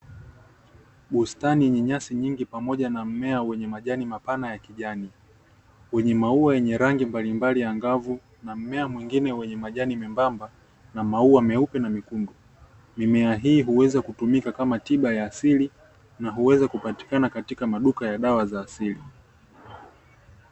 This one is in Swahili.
Bustani yenye nyasi nyingi pamoja na mmea wenye majani mapana ya kijani, wenye maua yenye rangi mbalimbali angavu, na mmea mwingine wenye majani membamba na maua meupe na mekundu. Mimea hii huweza kutumika kama tiba ya asili na huweza kupatikana katika maduka ya dawa za asili.